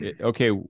okay